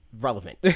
relevant